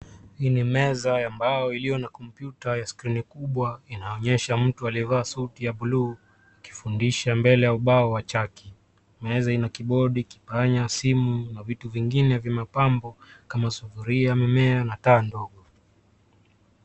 Hii ni meza ya mbao iliyo na kompyuta ya skrini kubwa. Inaonyesha mtu aliyevaa suti ya buluu, akifundisha mbele ya ubao wa chaki. Meza ina kibodi, kipanya, simu na vitu vingine vya mapambo kama sufuria, mimea na taa ndogo.